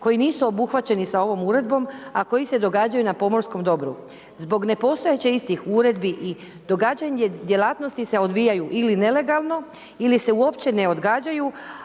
koji nisu obuhvaćeni sa ovom uredbom a koji se događaju na pomorskom dobru. Zbog nepostojeće istih uredbi i događanje djelatnosti se odvijaju ili nelegalno ili se uopće ne događaju,